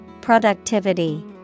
Productivity